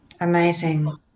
Amazing